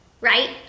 right